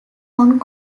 hong